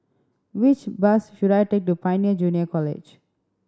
which bus should I take to Pioneer Junior College